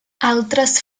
altres